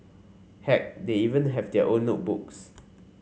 heck they even have their own notebooks